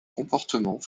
comportement